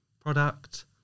product